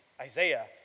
Isaiah